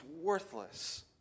worthless